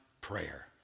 prayer